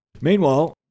Meanwhile